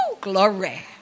glory